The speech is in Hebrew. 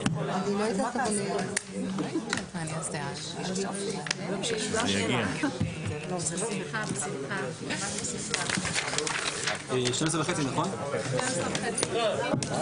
11:12.